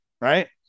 right